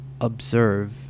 observe